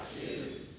choose